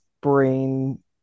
brain